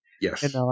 Yes